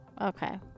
Okay